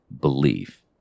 belief